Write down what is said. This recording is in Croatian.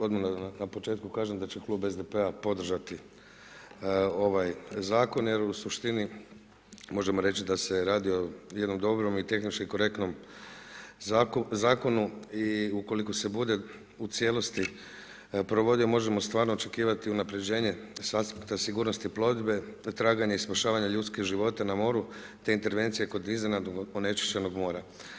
Odmah na početku da kažem da će klub SDP-a podržati ovaj zakon jer u suštini možemo reći da se radi o jednom dobrom i tehnički korektnom zakonu i ukoliko se bude u cijelosti provodio, možemo stvarno očekivati unaprjeđenje sa aspekta sigurnosti plovidbe te traganje i spašavanje ljudskih života na moru te intervencije kod iznenadnog onečišćenog mora.